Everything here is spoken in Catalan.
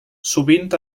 sovint